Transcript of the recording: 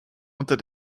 unter